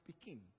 speaking